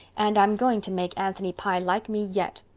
and i'm going to make anthony pye like me yet.